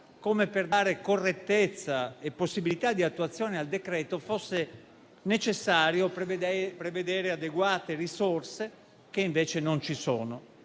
come per dare correttezza e possibilità di attuazione al decreto fosse necessario prevedere adeguate risorse, che invece non ci sono,